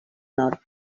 nord